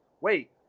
wait